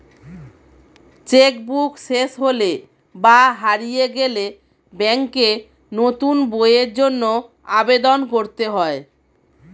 check book শেষ হলে বা হারিয়ে গেলে ব্যাঙ্কে নতুন বইয়ের জন্য আবেদন করতে হয়